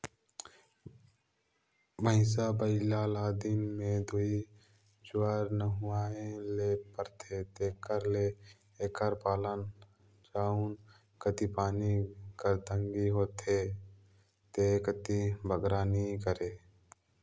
भंइसा भंइस ल दिन में दूई जुवार नहुवाए ले परथे तेकर ले एकर पालन जउन कती पानी कर तंगी होथे ते कती बगरा नी करें